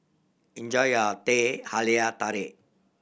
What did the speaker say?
enjoy your Teh Halia Tarik